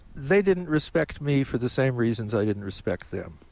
they didn't respect me for the same reasons i didn't respect them.